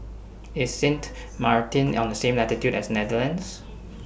IS Sint Maarten on The same latitude as Netherlands